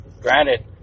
Granted